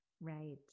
right